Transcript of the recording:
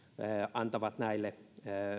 antaa näille